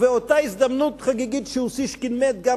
ובאותה הזדמנות חגיגית שאוסישקין מת גם